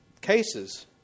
cases